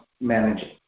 managing